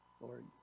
Lord